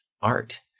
art